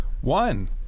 One